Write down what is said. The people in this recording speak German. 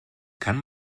kann